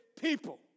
people